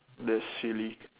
that's silly